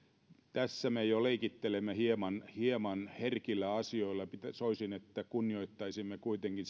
tässä me jo leikittelemme hieman hieman herkillä asioilla soisin että kunnioittaisimme kuitenkin